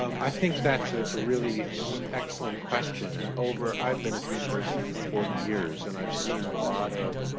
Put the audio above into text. um i think that's a ah really so excellent question. and over, i've been at the university for forty years, and i've seen a lot of